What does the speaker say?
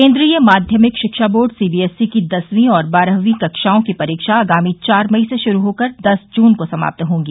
केन्द्रीय माध्यमिक शिक्षा बोर्ड सीबीएसई की दसवीं और बारहवीं कक्षाओं की परीक्षा आगामी चार मई से शुरू हो कर दस जून को समाप्त होंगी